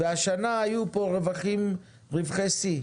והשנה היו פה רווחי שיא.